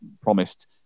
promised